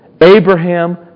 Abraham